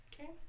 Okay